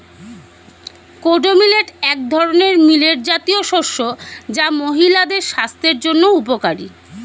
kodo millet এক ধরনের millet জাতীয় শস্য যা মহিলাদের স্বাস্থ্যের জন্য উপকারী